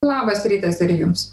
labas rytas ir jums